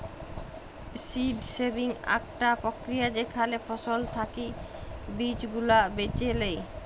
seed saving আকটা প্রক্রিয়া যেখালে ফসল থাকি বীজ গুলা বেছে লেয়